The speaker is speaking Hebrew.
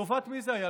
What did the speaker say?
לטובת מי זה היה?